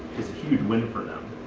it's a huge win for them.